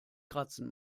kratzen